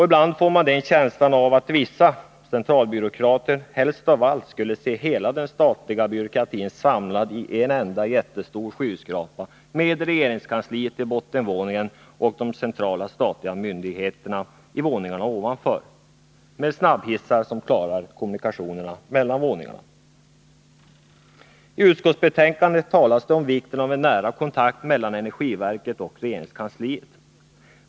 Ibland får man känslan att vissa centralbyråkrater helst av allt skulle se hela den statliga byråkratin samlad i en jättestor skyskrapa med regeringskansliet i botten och de centrala statliga myndigheterna i våningarna ovanför, med snabbhissar som klarade kommunikationerna mellan våningarna. Tutskottsbetänkandet talas om vikten av nära kontakt mellan energiverket och regeringskansliet.